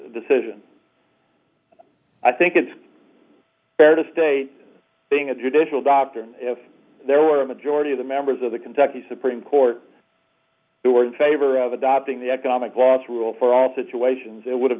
decision i think it's fair to state being a traditional doctor if there were a majority of the members of the kentucky supreme court who are in favor of adopting the economic loss rule for all situations it would have